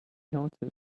noticed